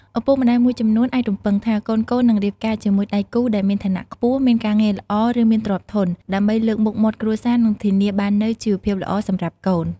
ឪពុកម្ដាយមួយចំនួនអាចរំពឹងថាកូនៗនឹងរៀបការជាមួយដៃគូដែលមានឋានៈខ្ពស់ មានការងារល្អ ឬមានទ្រព្យធន ដើម្បីលើកមុខមាត់គ្រួសារ និងធានាបាននូវជីវភាពល្អសម្រាប់កូន។